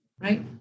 Right